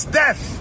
death